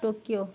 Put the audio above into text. Tokyo